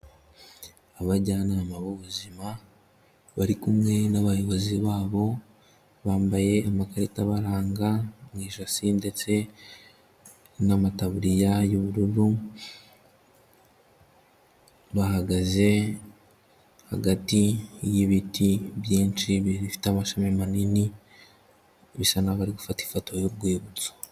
Abajyanama b'ubuzima bari kumwe n'abayobozi babo, bambaye amakarita abaranga mu ijosi ndetse n'amataburiya y'ubururu, bahagaze hagati y'ibiti byinshi bifite amashami manini, bisa n'aho bari gufata ifoto y'urwibutso.